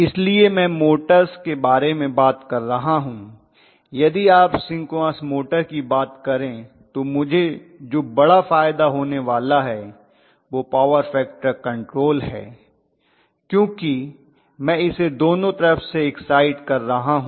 इसलिए मैं मोटर्स के बारे में बात कर रहा हूं यदि आप सिंक्रोनस मोटर की बात करें तो मुझे जो बड़ा फायदा होने वाला है वह पॉवर फैक्टर कंट्रोल है क्योंकि मैं इसे दोनों तरफ से इक्साइट कर रहा हूं